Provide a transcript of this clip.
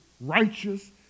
righteous